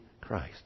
Christ